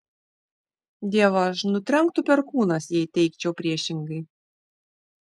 dievaž nutrenktų perkūnas jei teigčiau priešingai